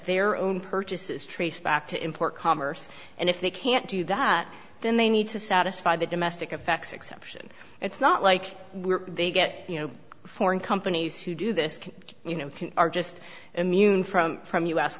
their own purchase is traced back to import commerce and if they can't do that then they need to satisfy the domestic effects except it's not like where they get you know foreign companies who do this you know are just immune from from u